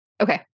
Okay